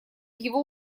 его